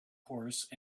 horse